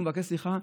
כשהוא מבקש סליחה,